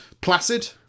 Placid